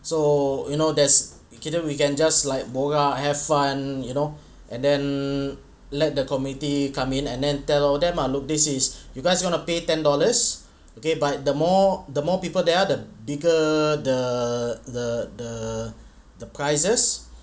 so you know there's kita we can just like borak have fun you know and then let the committee come in and then tell them ah look this is you guys gonna pay ten dollars okay but the more the more people there are the bigger the the the the prizes